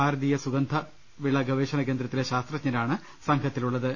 ഭാരതീയ സുഗന്ധവിള ഗവേഷണ കേന്ദ്രത്തിലെ ശാസ്ത്രജ്ഞരാണ് സംഘത്തിലുള്ളത്